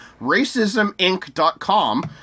RacismInc.com